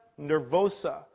nervosa